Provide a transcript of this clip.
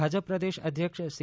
ભાજપ પ્રદેશ અધ્યક્ષ સી